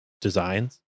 designs